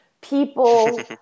people